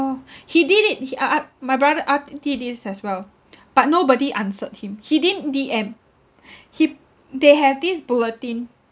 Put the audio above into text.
oh he did it he a~ ask my brother this as well but nobody answered him he didn't D_M he they have this bulletin